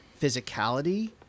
physicality